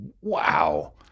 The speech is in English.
wow